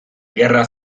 gerra